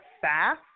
fast